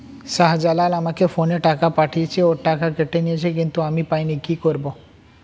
শাহ্জালাল আমাকে ফোনে টাকা পাঠিয়েছে, ওর টাকা কেটে নিয়েছে কিন্তু আমি পাইনি, কি করব?